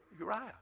Uriah